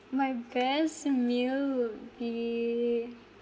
my best meal would be